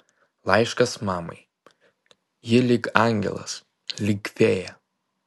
laiškas mamai ji lyg angelas lyg fėja